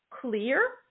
clear